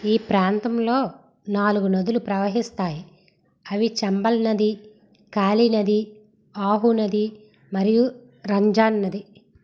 ఈ ప్రాంతంలో నాలుగు నదులు ప్రవహిస్తాయి అవి చంబల్ నది కాళి నది ఆహు నది మరియు రంజాన్ నది